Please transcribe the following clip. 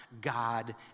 God